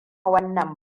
wannan